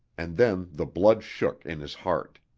and then the blood shook in his heart.